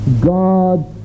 God